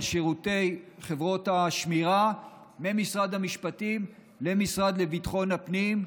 שירותי חברות השמירה ממשרד המשפטים למשרד לביטחון הפנים.